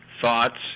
thoughts